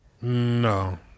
no